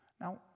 now